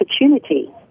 opportunity